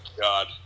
God